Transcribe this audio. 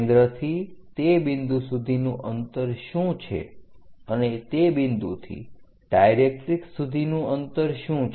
કેન્દ્રથી તે બિંદુ સુધીનું અંતર શું છે અને તે બિંદુથી ડાયરેક્ટરીક્ષ સુધીનું અંતર શું છે